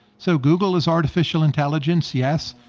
so google is artificial intelligence, yes.